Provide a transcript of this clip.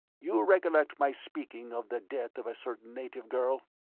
you recollect my speaking of the death of a certain native girl?